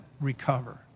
recover